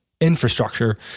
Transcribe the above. infrastructure